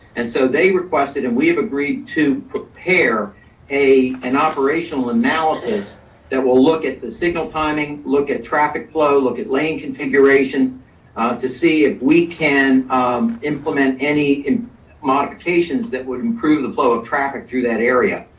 and so they requested, and we have agreed to prepare an operational analysis that will look at the signal timing, look at traffic flow, look at lane configuration to see if we can implement any and modifications that would improve the flow of traffic through that area.